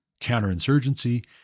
counterinsurgency